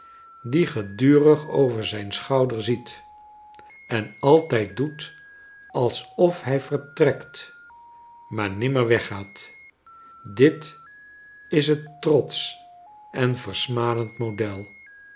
die gedurig over zijn schouder ziet en altijd doet alsof hij vertrekt maar dimmer weggaat dit is bet trotsch en versmadend model